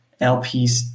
LPs